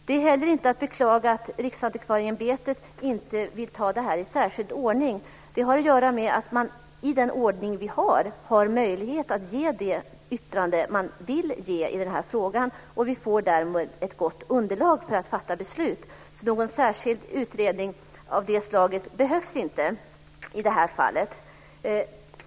Det är inte heller att beklaga att Riksantikvarieämbetet inte vill ta det här i särskild ordning. Det har att göra med att man, i den ordning vi har, har möjlighet att ge det yttrande som man vill ge i frågan. Vi får därmed ett gott underlag för att fatta beslut. Någon särskild utredning av det slaget behövs därför inte i det här fallet.